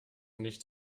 nicht